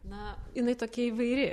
na jinai tokia įvairi